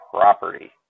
property